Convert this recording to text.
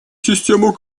системы